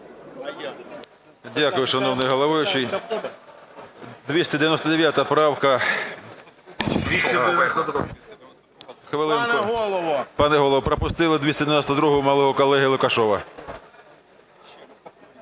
Дякую, шановний головуючий. 299 правка. Хвилинку. Пане Голово, пропустили 292-у мого колеги Лукашева.